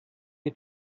ich